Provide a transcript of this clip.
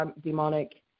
demonic